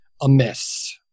amiss